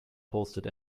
posted